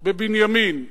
בבנימין מחר.